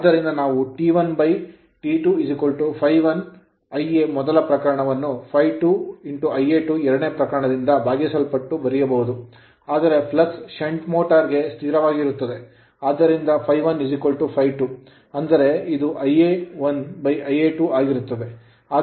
ಆದ್ದರಿಂದ ನಾವು T1T2 ∅1 Ia ಮೊದಲ ಪ್ರಕರಣವನ್ನು ∅2 Ia2 ಎರಡನೇ ಪ್ರಕರಣದಿಂದ ಭಾಗಿಸಲ್ಪಟ್ಟು ಬರೆಯಬಹುದು ಆದರೆ flux flux shunt motor shunt motor ಗೆ ಸ್ಥಿರವಾಗಿರುತ್ತದೆ ಆದ್ದರಿಂದ ∅1 ∅2 ಅಂದರೆ ಇದು Ia1 Ia2 ಆಗಿರುತ್ತದೆ